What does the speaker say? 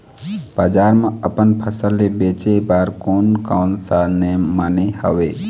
बजार मा अपन फसल ले बेचे बार कोन कौन सा नेम माने हवे?